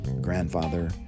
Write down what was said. grandfather